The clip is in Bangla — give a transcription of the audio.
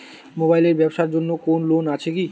মোবাইল এর ব্যাবসার জন্য কোন লোন আছে কি?